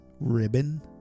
ribbon